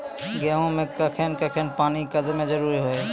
गेहूँ मे कखेन कखेन पानी एकदमें जरुरी छैय?